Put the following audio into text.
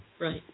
Right